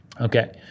Okay